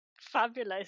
fabulous